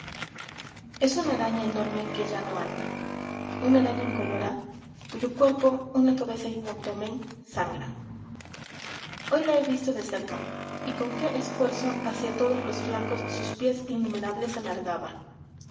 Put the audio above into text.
es una araña enorme que ya no anda una araña incolora cuyo cuerpo una cabeza y un abdomen sangra hoy la he visto de cerca y con qué esfuerzo hacia todos los flancos sus pies innumerables alargaba